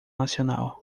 nacional